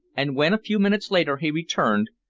and when a few minutes later he returned,